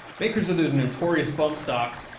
makers of the notorious bump-fire stock.